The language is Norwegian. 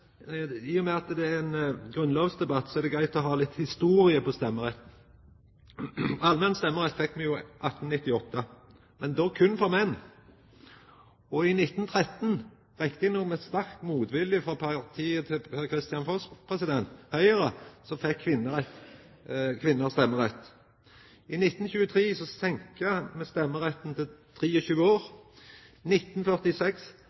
grunnlovsdebatt, er det greitt å ha litt historie rundt stemmeretten. Allmenn stemmerett fekk me i 1898, men då berre for menn. I 1913, riktignok med sterk motvilje frå partiet til Per-Kristian Foss, Høgre, fekk kvinner stemmerett. I 1920 blei stemmeretten senka til 23 år, i 1946 til